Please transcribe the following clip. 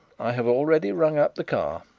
i have already rung up the car.